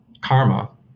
karma